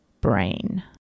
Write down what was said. brain